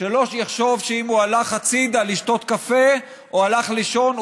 שלא יחשוב שאם הוא הלך הצידה לשתות קפה או הלך לישון,